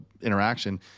interaction